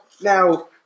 now